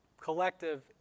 collective